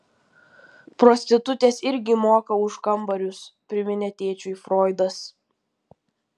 prostitutės irgi moka už kambarius priminė tėčiui froidas